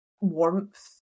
warmth